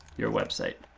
your website.